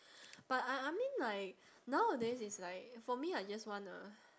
but I I mean like nowadays it's like for me I just want a